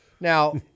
Now